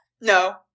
No